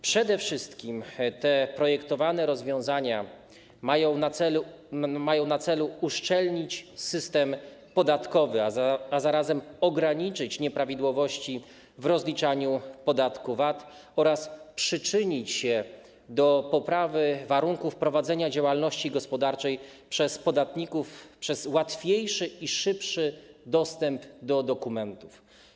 Przede wszystkim projektowane rozwiązania mają na celu uszczelnić system podatkowy, a zarazem ograniczyć nieprawidłowości w rozliczaniu podatku VAT oraz przyczynić się do poprawy warunków prowadzenia działalności gospodarczej przez podatników przez łatwiejszy i szybszy dostęp do dokumentów.